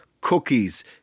cookies